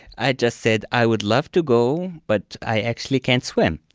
i just said i would love to go, but i actually can't swim.